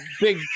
big